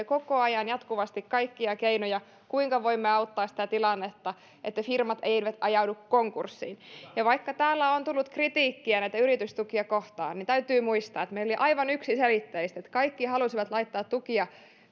koko ajan jatkuvasti kaikkia keinoja kuinka voimme auttaa sitä tilannetta että firmat eivät ajaudu konkurssiin ja vaikka täällä on on tullut kritiikkiä näitä yritystukia kohtaan niin täytyy muistaa että meillä oli aivan yksiselitteistä että kaikki halusivat laittaa tukia